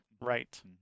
Right